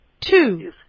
two